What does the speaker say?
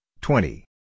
twenty